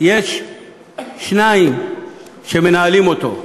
יש שניים שמנהלים אותו,